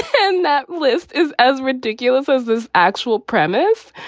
and that list is as ridiculous as the actual premise.